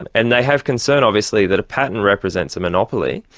and and they have concern, obviously, that a patent represents a monopoly,